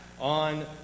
on